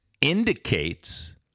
indicates